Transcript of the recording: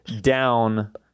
down